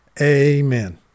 Amen